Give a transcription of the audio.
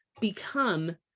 become